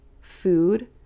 food